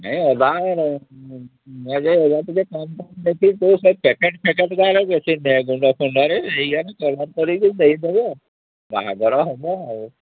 ନାହିଁ ଅଦା ନେଲେ ହେବ ଟିକିଏ କମ୍ କମ୍ ଦେଖିକି ତୁ ସେଇ ପ୍ୟାକେଟ୍ ଫେକେଟ୍ ବେଶି ନେ ଗୁଣ୍ଡ ଫୁଣ୍ଡରେ ଏଇଯାକ କମ୍ ପଡ଼ିବ ଦେଇଦେବା ବାହାଘର ହେବ ଆଉ